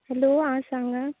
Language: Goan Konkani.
हॅलो आ सांगा